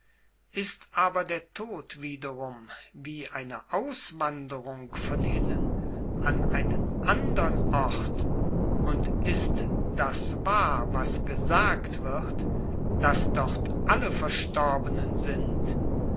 ist aber der tod wiederum wie eine auswanderung von hinnen an einen andern ort und ist das wahr was gesagt wird daß dort alle verstorbenen sind